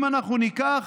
אם אנחנו ניקח